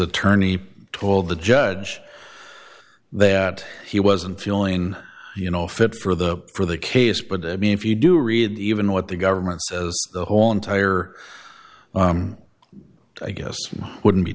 attorney told the judge that he wasn't feeling you know fit for the for the case but i mean if you do read even what the government's the whole entire i guess wouldn't be